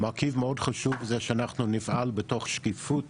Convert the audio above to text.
מרכיב מאוד חשוב זה שאנחנו נפעל בתוך שקיפות